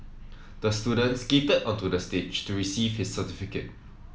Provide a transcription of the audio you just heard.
the student skated onto the stage to receive his certificate